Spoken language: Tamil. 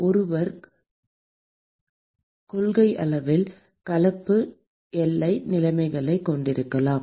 ஒருவர் கொள்கையளவில் கலப்பு எல்லை நிலைமைகளைக் கொண்டிருக்கலாம்